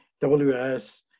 WS